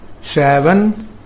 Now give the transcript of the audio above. seven